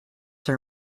her